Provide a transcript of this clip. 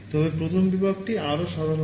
তবে প্রথম বিভাগটি আরও সাধারণ